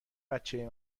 بچه